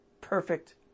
perfect